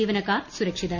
ജീവനക്കാർ സുരക്ഷിതർ